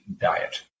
diet